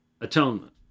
atonement